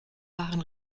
waren